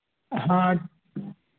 हाँ